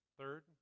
third